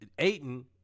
Aiden